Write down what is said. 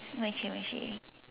Moshi Moshi